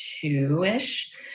two-ish